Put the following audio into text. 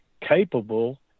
capable